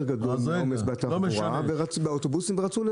סגן שרת התחבורה והבטיחות בדרכים אורי מקלב: העומס